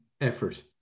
effort